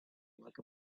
look